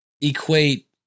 equate